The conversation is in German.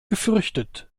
gefürchtet